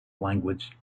language